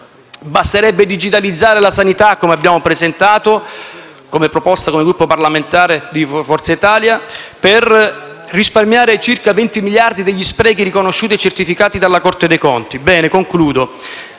Basterebbe digitalizzare la sanità - come prevede una proposta che abbiamo presentato come Gruppo parlamentare di Forza Italia - per risparmiare circa 20 miliardi degli sprechi riconosciuti e certificati dalla Corte dei conti. Concludo,